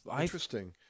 interesting